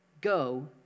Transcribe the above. Go